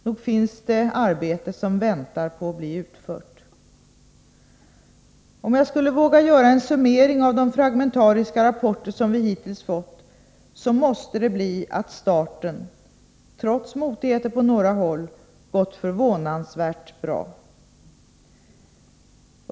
Nog finns det arbete som väntar på att bli utfört. Om jag skulle våga göra en summering av de fragmentariska rapporter vi hittills fått, så måste det bli att starten, trots motigheter på några håll, gått förvånansvärt bra.